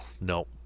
No